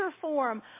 form